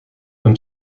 een